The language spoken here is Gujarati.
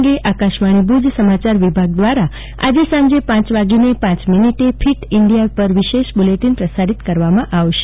આ પ્રસંગે આકાશવાણી ભુજ સમાચાર વિભાગ દ્રારા આજે સાંજે પ વાગીને પ મિનિટે ફીટ ઈન્ઠીયા પર વિશેષ બુલેટીન પ્રસારીત કરવામાં આવશે